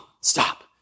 Stop